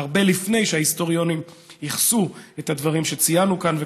הרבה לפני שההיסטוריונים אמרו את הדברים שציינו כאן.